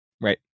Right